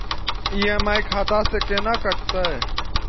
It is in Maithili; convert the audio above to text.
ई.एम.आई खाता से केना कटते?